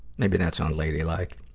maybe that's unladylike.